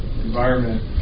environment